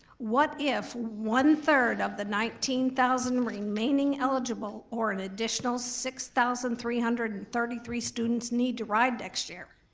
what if one three of the nineteen thousand remaining eligible or an additional six thousand three hundred and thirty three students need to ride next year?